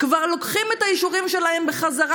לוקחים את האישורים שלהם בחזרה,